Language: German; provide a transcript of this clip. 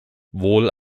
wohl